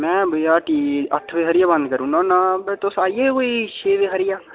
मै भैया हट्टी अट्ठ बजे हारे बन्द करु ओड़ना होन्नां पर तुस आई जाएयो कोई छे बजे हारियां